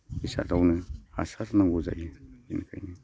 बेसादावनो हासार नांगौ जायो बिनिखायनो